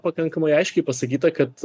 pakankamai aiškiai pasakyta kad